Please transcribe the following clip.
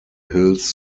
hills